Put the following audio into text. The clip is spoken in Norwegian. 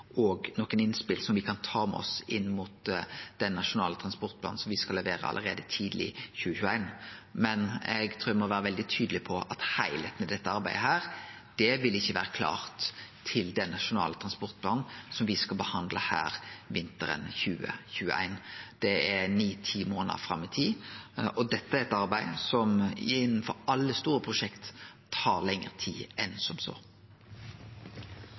innspel som me kan ta med oss inn mot den nasjonale transportplanen som me skal levere allereie tidleg i 2021. Men eg trur eg må vere veldig tydeleg på at heilskapen i dette arbeidet ikkje vil vere klar til den nasjonale transportplanen som me skal behandle her vinteren 2020/2021. Det er ni–ti månader fram i tid, og dette er eit arbeid som – som i alle store prosjekt – tar lengre tid enn som så.